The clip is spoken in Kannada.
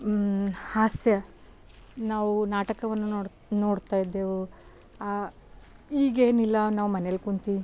ಹಾಸ್ಯ ನಾವು ನಾಟಕವನ್ನು ನೋಡು ನೋಡ್ತಾಯಿದ್ದೆವು ಈಗೇನಿಲ್ಲ ನಾವು ಮನೇಲಿ ಕುಂತು